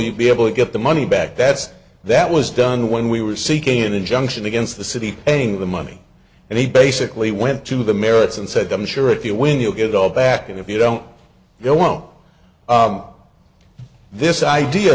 you'd be able to get the money back that's that was done when we were seeking an injunction against the city ending the money and he basically went to the merits and said i'm sure if you win you'll get it all back and if you don't they won't this idea